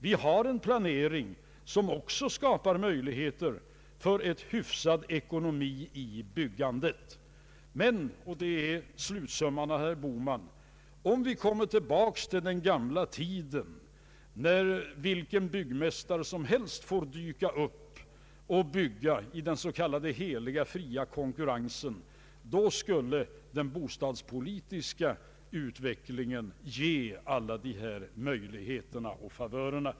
Vår planering skapar också möjligheter för en hyfsad ekonomi i byggandet men, och det är slutsumman i herr Bohmans argumentation, om vi kommer tillbaka till den gamla tiden när vilken byggmästare som helst fick dyka upp och bygga i den s.k. heliga och fria konkurrensen, då skulle den bostadspolitiska utvecklingen ge alla dessa möjligheter och favörer.